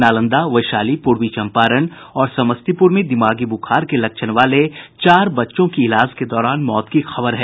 नालंदा वैशाली पूर्वी चम्पारण और समस्तीपुर में दिमागी बुखार के लक्षण वाले चार बच्चों की इलाज के दौरान मौत की खबर है